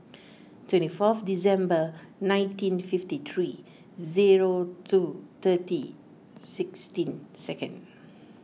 twenty fourth December nineteen fifty three zero two thirty sixteen seconds